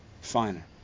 finer